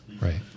right